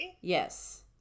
Yes